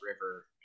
River